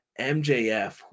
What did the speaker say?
MJF